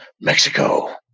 Mexico